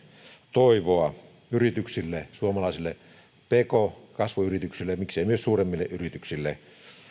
toivoa yrityksille suomalaisille pk kasvuyrityksille miksei myös suuremmille yrityksille